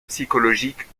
psychologique